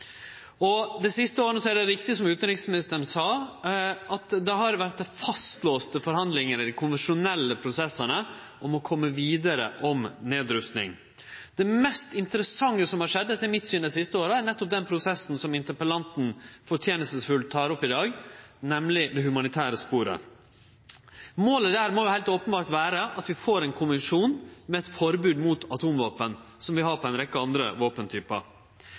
floskel. Dei siste åra er det riktig, som utanriksministeren sa, at det har vore fastlåste forhandlingar i dei konvensjonelle prosessane om å kome vidare med nedrusting. Det mest interessante som har skjedd, etter mitt syn, dei siste åra, er nettopp den prosessen som interpellanten fortenestfullt tek opp i dag, nemleg det humanitære sporet. Målet der må heilt openbert vere at vi får ein konvensjon om eit forbod mot atomvåpen, som vi har for ei rekkje andre våpentypar.